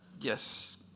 Yes